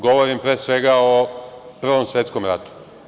Govorim, pre svega, o Prvom svetskom ratu.